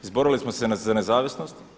Izborili smo se za nezavisnost.